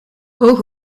oog